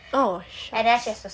oh shucks